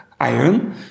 iron